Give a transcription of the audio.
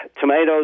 Tomatoes